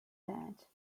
that